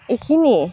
এইখিনিয়ে